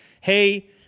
hey